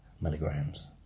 milligrams